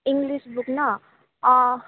English book ন অঁ